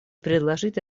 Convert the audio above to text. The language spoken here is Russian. предложить